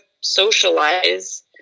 socialize